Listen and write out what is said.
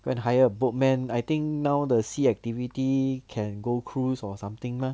go and hire a boat man I think now the sea activity can go cruise or something lah